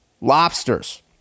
lobsters